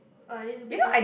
uh I need to make thum~